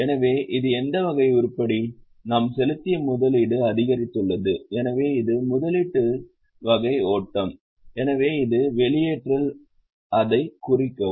எனவே இது எந்த வகை உருப்படி நாம் செலுத்திய முதலீடு அதிகரித்துள்ளது எனவே இது முதலீட்டு முதலீட்டு வகை ஓட்டம் எனவே இது வெளியேற்றல் அதைக் குறிக்கவும்